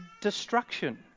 destruction